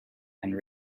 and